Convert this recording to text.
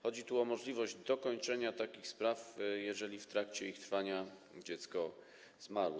Chodzi tu o możliwość dokończenia takich spraw, jeżeli w trakcie ich trwania dziecko zmarło.